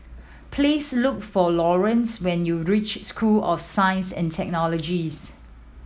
please look for Laurance when you reach School of Science and Technologies